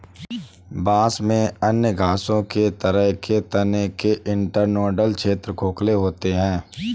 बांस में अन्य घासों की तरह के तने के इंटरनोडल क्षेत्र खोखले होते हैं